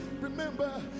remember